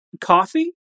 coffee